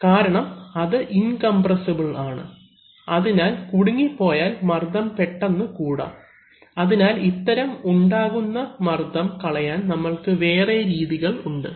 കാരണം അത് ഇൻകംപ്രെസ്സിബിൽ ആണ് അതിനാൽ കുടുങ്ങി പോയാൽ മർദ്ദം പെട്ടെന്ന് കൂടാം അതിനാൽ ഇത്തരം ഉണ്ടാകുന്ന മർദ്ദം കളയാൻ നമ്മൾക്ക് വേറെ രീതികളുണ്ട്